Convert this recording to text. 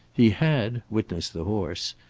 he had, witness the horse,